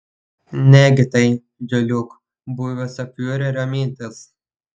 negi tai juliuk buvusio fiurerio mintys